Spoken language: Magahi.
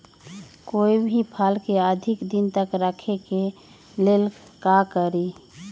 कोई भी फल के अधिक दिन तक रखे के ले ल का करी?